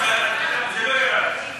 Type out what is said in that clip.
לא, זה לא ירד.